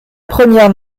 première